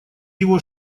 его